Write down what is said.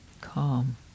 calm